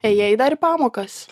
ėjai dar pamokas